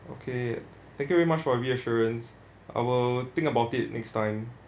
okay thank you very much for reassurance I will think about it next time